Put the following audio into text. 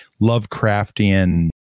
lovecraftian